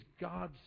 God's